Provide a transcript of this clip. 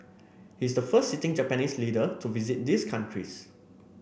he is the first sitting Japanese leader to visit these countries